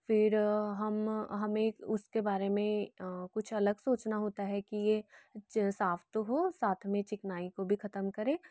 फिर हम हमें उसके बारे में कुछ अलग सोचना होता है कि ये जे साफ़ तो हो साथ में चिकनाई को भी ख़त्म करे